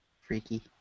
Freaky